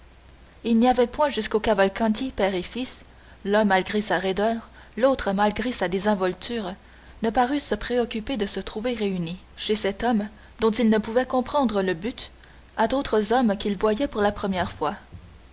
il n'y avait point jusqu'aux cavalcanti père et fils qui l'un malgré sa raideur l'autre malgré sa désinvolture ne parussent préoccupés de se trouver réunis chez cet homme dont ils ne pouvaient comprendre le but à d'autres hommes qu'ils voyaient pour la première fois